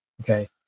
Okay